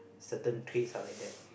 certain traits are like that